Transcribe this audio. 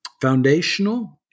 foundational